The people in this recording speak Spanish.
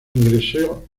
ingresó